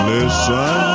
Listen